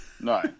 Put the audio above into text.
No